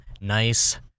nice